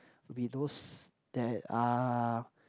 we those that ah